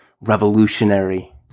revolutionary